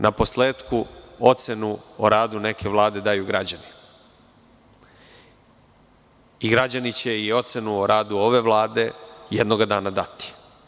Uvek naposletku ocenu o radu neke vlade daju građani i građani će i ocenu o radu ove Vlade jednoga dana dati.